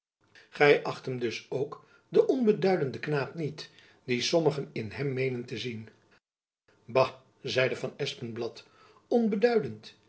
gy acht hem dus ook den onbeduidenden knaap niet dien sommigen in hem meenen te zien bah zeide van espenblad